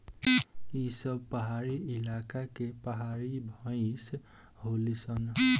ई सब पहाड़ी इलाका के पहाड़ी भईस होली सन